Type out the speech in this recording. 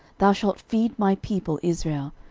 thou shalt feed my people israel,